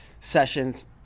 sessions